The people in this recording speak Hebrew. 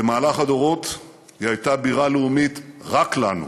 במהלך הדורות היא הייתה בירה לאומית רק לנו,